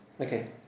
Okay